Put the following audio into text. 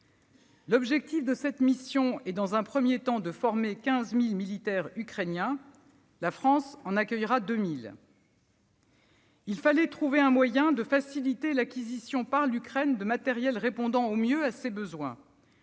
L'objectif de cette mission est, dans un premier temps, de former 15 000 militaires ukrainiens. La France en accueillera 2 000. Il fallait trouver un moyen de faciliter l'acquisition par l'Ukraine de matériel répondant au mieux à ses besoins.